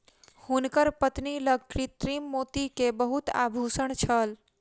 हुनकर पत्नी लग कृत्रिम मोती के बहुत आभूषण छल